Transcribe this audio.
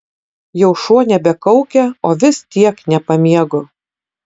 jau šuo nebekaukia o vis tiek nepamiegu